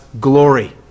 glory